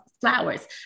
flowers